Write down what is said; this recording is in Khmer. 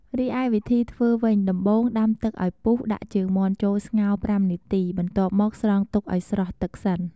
រីឯវិធីធ្វើវិញ ដំបូងដាំទឹកឱ្យពុះដាក់ជើងមាន់ចូលស្ងោរប្រាំនាទីបន្ទាប់មកស្រង់ទុកឱ្យស្រស់ទឹកសិន។